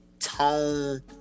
Tone